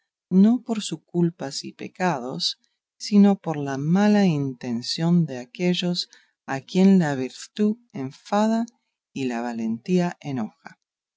no por sus culpas y pecados sino por la mala intención de aquellos a quien la virtud enfada y la valentía enoja